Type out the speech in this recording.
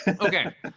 Okay